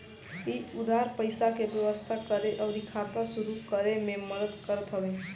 इ उधार पईसा के व्यवस्था करे अउरी खाता शुरू करे में मदद करत हवे